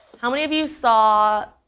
how many of you saw